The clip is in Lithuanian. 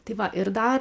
tai va ir dar